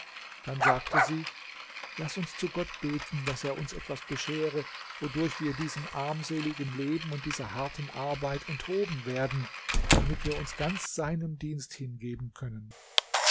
dann sagte sie laß uns zu gott beten daß er uns etwas beschere wodurch wir diesem armseligen leben und dieser harten arbeit enthoben werden damit wir uns ganz seinem dienst hingeben können